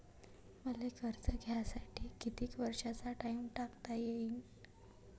मले कर्ज घ्यासाठी कितीक वर्षाचा टाइम टाकता येईन?